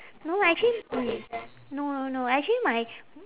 no actually mm no no no actually my